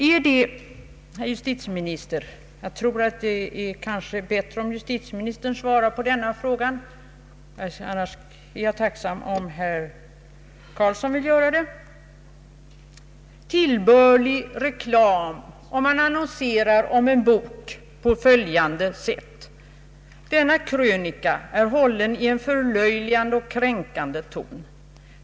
Är det, herr justitieminister — jag tror att det kanske är bäst om justitieministern svarar på den frågan, annars är jag tacksam om herr Karlsson vill göra det — tillbörlig reklam om det i en bokannons står på följande sätt: ”Denna krönika är hållen i en förlöjligande och kränkande ton.